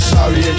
Sorry